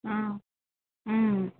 ம் ம்